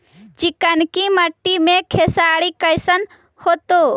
चिकनकी मट्टी मे खेसारी कैसन होतै?